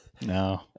No